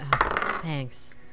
Thanks